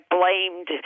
blamed